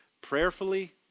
prayerfully